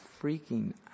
freaking